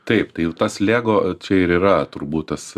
taip tai ir tas lego čia ir yra turbūt tas